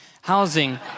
housing